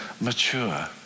mature